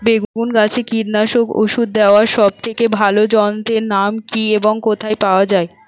বেগুন গাছে কীটনাশক ওষুধ দেওয়ার সব থেকে ভালো যন্ত্রের নাম কি এবং কোথায় পাওয়া যায়?